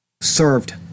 served